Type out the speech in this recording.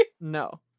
No